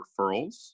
referrals